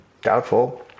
doubtful